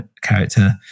character